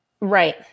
right